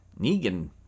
Negan